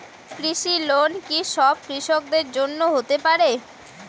কৃষি লোন কি সব কৃষকদের জন্য হতে পারে?